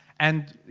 and you